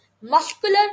muscular